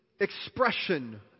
expression